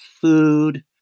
food